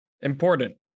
important